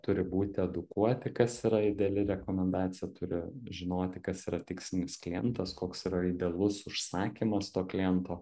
turi būti edukuoti kas yra ideali rekomendacija turi žinoti kas yra tikslinis klientas koks yra idealus užsakymas to kliento